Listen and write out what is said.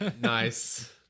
nice